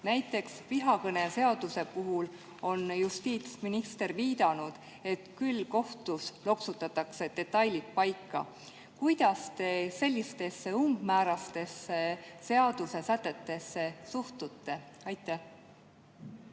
Näiteks vihakõneseaduse puhul on justiitsminister viidanud, et küll kohtus loksutatakse detailid paika. Kuidas te sellistesse umbmäärastesse seaduse sätetesse suhtute? Aitäh,